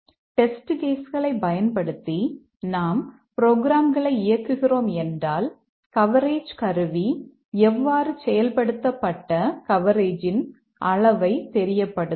test case களைப் பயன்படுத்தி நாம் புரோகிராம்களை இயக்குகிறோம் என்றால் கவரேஜ் கருவி எவ்வாறு செயல்படுத்தப்பட்ட கவரேஜின் அளவைப் தெரியப்படுத்தும்